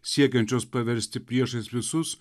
siekiančios paversti priešais visus